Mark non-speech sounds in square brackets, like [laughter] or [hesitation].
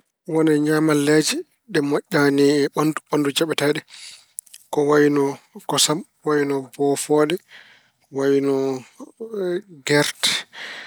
Won e ñaamaleeje, ɗe moƴƴaani e ɓanndu. Ɓanndu jaɓataa ɗe, ko wayno kosam, ko wayno bofooɗe, ko wayno gerte. [hesitation]